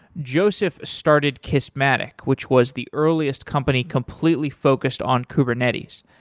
joseph started kismatic which was the earliest company completely focused on kubernetes.